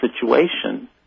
situation